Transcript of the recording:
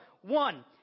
one